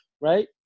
Right